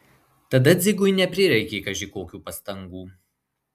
tada dzigui neprireikė kaži kokių pastangų